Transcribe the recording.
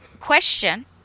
question